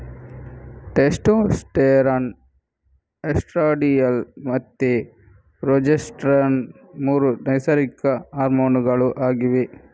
testosterone, estradiol ಮತ್ತೆ progesterone ಮೂರು ನೈಸರ್ಗಿಕ ಹಾರ್ಮೋನುಗಳು ಆಗಿವೆ